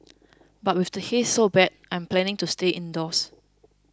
but with the haze so bad I'm planning to stay indoors